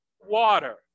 water